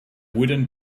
wooden